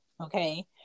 okay